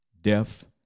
death